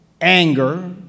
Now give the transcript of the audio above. anger